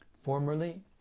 Formerly